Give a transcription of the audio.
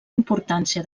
importància